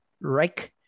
right